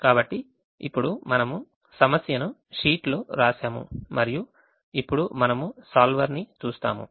కాబట్టి ఇప్పుడు మనము సమస్యను షీట్ లో వ్రాసాము మరియు ఇప్పుడు మనము సోల్వర్ ని చూస్తాము